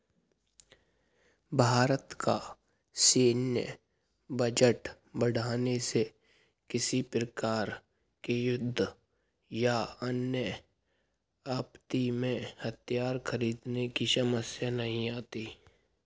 भारत का सैन्य बजट बढ़ाने से किसी प्रकार के युद्ध या अन्य आपत्ति में हथियार खरीदने की समस्या नहीं आती